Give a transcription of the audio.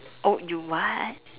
oh you what